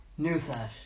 Newsflash